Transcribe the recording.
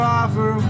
offer